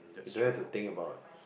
you don't have to think about